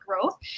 growth